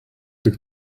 tik